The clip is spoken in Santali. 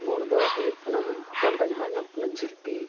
ᱢᱩᱲᱫᱚ ᱦᱩᱭᱩᱜ ᱠᱟᱱᱟ ᱦᱳᱴᱮᱞᱨᱮ ᱡᱟᱦᱟᱸ ᱧᱟᱢᱚᱜ ᱠᱟᱱᱟ ᱡᱷᱤᱞᱯᱤ